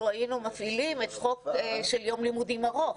לו היינו מפעילים את החוק של יום לימודים ארוך,